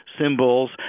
symbols